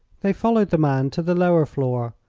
they followed the man to the lower floor,